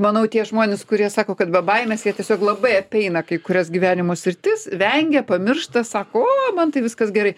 manau tie žmonės kurie sako kad be baimės jie tiesiog labai apeina kai kurias gyvenimo sritis vengia pamiršta sako o man tai viskas gerai